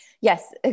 Yes